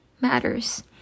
matters